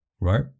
right